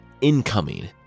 incoming